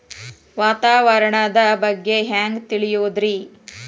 ವಾತಾವರಣದ ಬಗ್ಗೆ ಹ್ಯಾಂಗ್ ತಿಳಿಯೋದ್ರಿ?